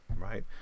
right